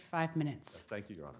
five minutes thank you